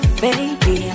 baby